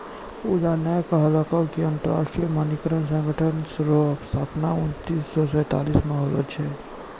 पूजा न कहलकै कि अन्तर्राष्ट्रीय मानकीकरण संगठन रो स्थापना उन्नीस सौ सैंतालीस म होलै